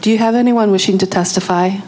do you have anyone wishing to testify